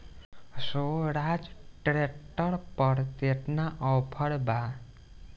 सोहराज tractor पर केतना offer बा?